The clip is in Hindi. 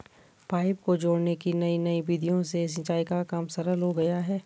पाइपों को जोड़ने की नयी नयी विधियों से सिंचाई का काम सरल हो गया है